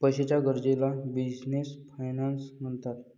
पैशाच्या गरजेला business finance म्हणतात